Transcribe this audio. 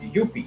UP